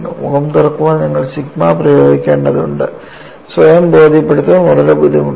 മുഖം തുറക്കാൻ നിങ്ങൾ സിഗ്മ പ്രയോഗിക്കേണ്ടതുണ്ടെന്ന് സ്വയം ബോധ്യപ്പെടുത്താൻ വളരെ ബുദ്ധിമുട്ടാണ്